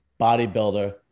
bodybuilder